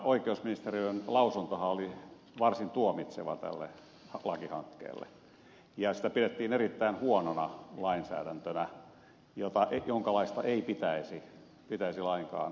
oikeusministeriön lausuntohan oli varsin tuomitseva tälle lakihankkeelle ja sitä pidettiin erittäin huonona lainsäädäntönä jonkalaista ei pitäisi lainkaan tapahtua